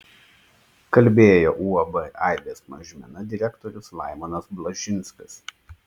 kalbėjo uab aibės mažmena direktorius laimonas blažinskas